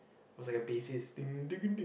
was like a bassist